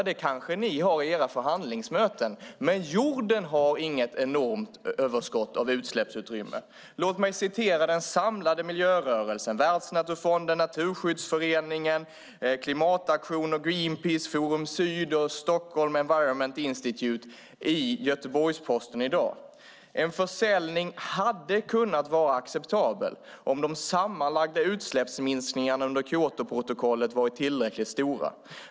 Det kanske ni har i era förhandlingsmöten, men jorden har inget enormt överskott av utsläppsutrymme. Låt mig citera den samlade miljörörelsen - Världsnaturfonden, Naturskyddsföreningen, Klimataktion, Greenpeace, Forum Syd och Stockholm Environment Institute - ur en artikel i dagens Göteborgs-Posten: "En försäljning hade kunnat vara acceptabel om de sammanlagda utsläppsminskningarna under Kyotoprotokollet varit tillräckligt stora.